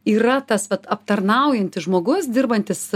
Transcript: yra tas vat aptarnaujantis žmogus dirbantis